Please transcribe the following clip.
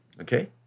Okay